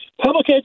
Public